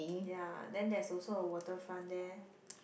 ya then there's also a waterfront there